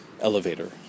elevator